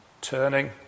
turning